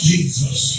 Jesus